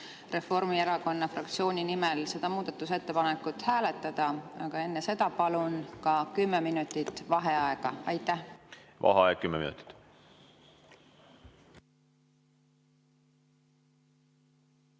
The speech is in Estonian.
Reformierakonna fraktsiooni nimel seda muudatusettepanekut hääletada, aga enne seda palun ka kümme minutit vaheaega. Vaheaeg kümme minutit.V